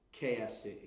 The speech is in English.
KFC